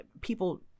people